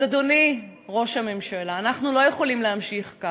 אז, אדוני ראש הממשלה, אנחנו לא יכולים להמשיך כך.